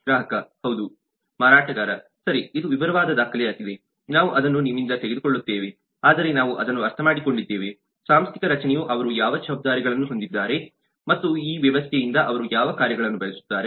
ಗ್ರಾಹಕ ಹೌದು ಮಾರಾಟಗಾರ ಸರಿ ಇದು ವಿವರವಾದ ದಾಖಲೆಯಾಗಿದೆ ನಾವು ಅದನ್ನು ನಿಮ್ಮಿಂದ ತೆಗೆದುಕೊಳ್ಳುತ್ತೇವೆ ಆದರೆ ನಾವು ಅದನ್ನು ಅರ್ಥಮಾಡಿಕೊಂಡಿದ್ದೇವೆ ಸಾಂಸ್ಥಿಕ ರಚನೆಯು ಅವರು ಯಾವ ಜವಾಬ್ದಾರಿಗಳನ್ನು ಹೊಂದಿದ್ದಾರೆ ಮತ್ತು ಈ ವ್ಯವಸ್ಥೆಯಿಂದ ಅವರು ಯಾವ ಕಾರ್ಯಗಳನ್ನು ಬಯಸುತ್ತಾರೆ